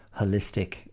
holistic